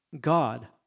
God